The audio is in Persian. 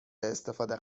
استفاده